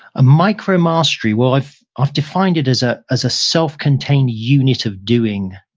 a micromastery, well, i've i've defined it as ah as a self-contained unit of doing.